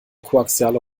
koaxiale